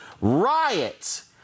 riots